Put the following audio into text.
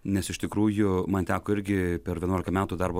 nes iš tikrųjų man teko irgi per vienuolika metų darbo